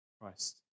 Christ